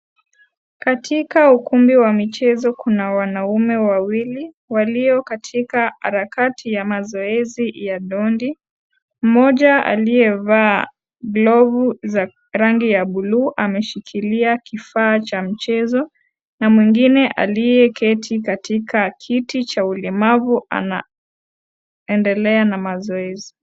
Katika ukumbi wa michezo kuna wanaume wawili walio katika harakati ya mazoezi ya ndondi, moja aliyevaa glovu za rangi ya bluu ameshikilia kifaa cha mchezo na mwingine aliyeketi katika kiti cha ulemavu anaendelea na mazoezi.